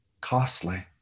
costly